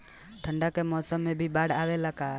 ठंडा के मौसम में भी बाढ़ आवेला का?